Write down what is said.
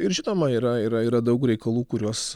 ir žinoma yra yra yra daug reikalų kuriuos